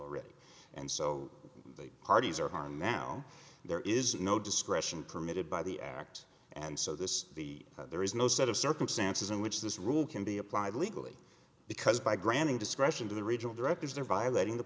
already and so the parties are harmed now there is no discretion permitted by the act and so this is the there is no set of circumstances in which this rule can be applied legally because by granting discretion to the regional directors they're violating the